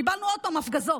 קיבלנו עוד פעם הפגזות.